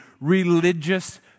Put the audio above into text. religious